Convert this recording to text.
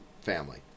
family